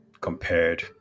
compared